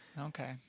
okay